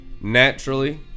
naturally